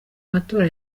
matora